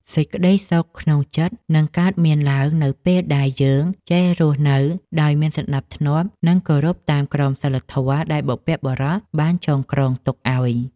សេចក្តីសុខក្នុងចិត្តនឹងកើតមានឡើងនៅពេលដែលយើងចេះរស់នៅដោយមានសណ្តាប់ធ្នាប់និងគោរពតាមក្រមសីលធម៌ដែលបុព្វបុរសបានចងក្រងទុកឱ្យ។